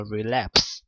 Relapse